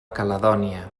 caledònia